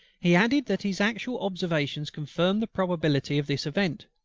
he added, that his actual observations confirmed the probability of this event.